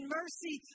mercy